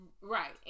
Right